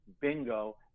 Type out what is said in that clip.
bingo